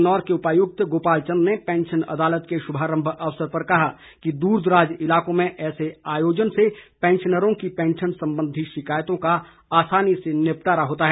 किन्नौर के उपायुक्त गोपाल चंद ने पैंशन अदालत के शुभारंभ अवसर पर कहा कि दूरदराज इलाकों में ऐसे आयोजन से पैंशनरों की पैंशन संबंधी शिकायतों का आसानी से निपटारा होता है